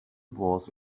was